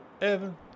evan